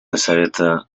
заслушали